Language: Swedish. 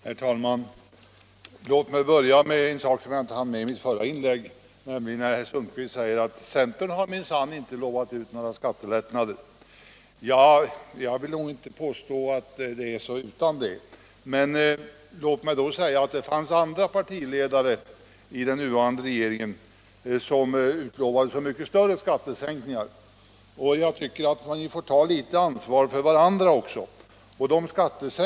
Herr talman! Låt mig börja med en sak som jag inte hann med i mitt förra inlägg. Herr Sundkvist säger att centern minsann inte har utlovat några skattelättnader. Ja, jag vill nog inte påstå att det är så säkert. Låt mig säga att det var andra partiledare i den nuvarande regeringen som utlovade så mycket större skattesänkningar. Jag tycker att ni får ta litet ansvar för varandra.